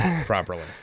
properly